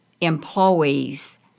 employees